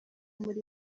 muri